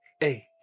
Hey